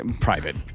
Private